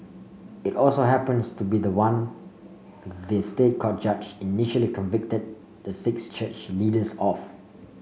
it also happens to be the one the State Court judge initially convicted the six church leaders of